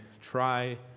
try